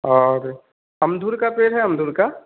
और अमदूर का पेड़ है अमदूल का